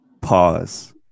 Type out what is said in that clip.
Pause